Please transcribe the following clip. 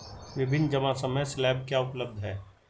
विभिन्न जमा समय स्लैब क्या उपलब्ध हैं?